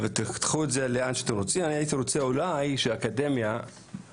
קחו את זה לאן שאתם רוצים אבל אני הייתי רוצה שהאקדמיה תחשוב